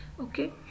okay